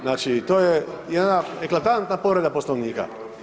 Znači to je jedna eklatantna povreda Poslovnika.